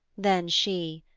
then she,